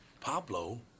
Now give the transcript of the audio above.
Pablo